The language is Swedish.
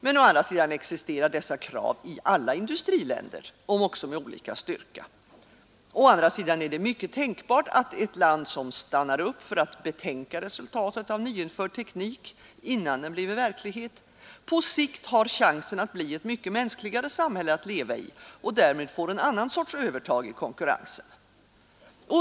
Men å andra sidan existerar dessa krav i alla industriländer, om också med olika styrka.Å andra sidan är det mycket tänkbart att ett land, som stannar upp för att betänka resultatet av nyinförd teknik innan den blivit verklighet, på sikt har chansen att bli ett mycket mänskligare samhälle att leva i och därmed får en annan sorts övertag i konkurrensen.